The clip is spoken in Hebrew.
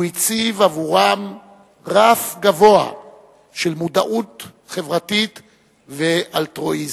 הוא הציב עבורם רף גבוה של מודעות חברתית ואלטרואיזם.